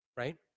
Right